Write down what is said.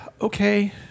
okay